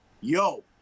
Yo